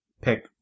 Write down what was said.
pick